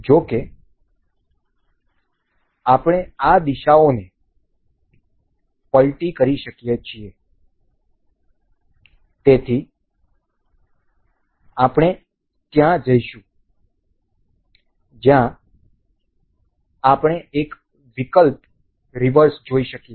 જો કે આપણે આ દિશાઓને પલટી કરી શકીએ છીએ તેથી આપણે ત્યાં જઈશું જ્યાં આપણે એક વિકલ્પ રિવર્સ જોઈ શકીએ